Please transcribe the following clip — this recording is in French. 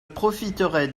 profiterai